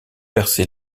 percer